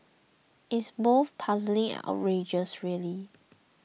it's both puzzling and outrageous really